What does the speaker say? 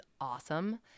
awesome